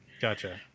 Gotcha